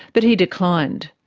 but he declined.